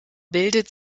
bildet